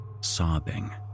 sobbing